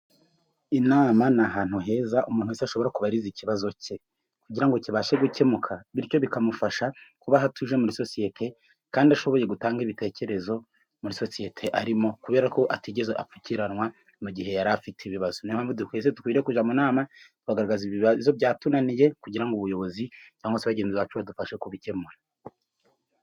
Inama ni ahantu heza umuntu wese ashobora kubariza ikibazo cye kugira ngo kibashe gukemuka, bityo bikamufasha kubaho atuje muri sosiyete kandi ashoboye gutanga ibitekerezo muri sosiyete arimo, kubera ko atigeze apfukiranwa mu gihe yari afite ibibazo, dukwiye kujya mu nama tukagaragaza ibibazo byatunaniye kugira ngo ubuyobozi cyangwa se ba bagenzuzi bacu badufashe kubikemura.